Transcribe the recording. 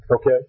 okay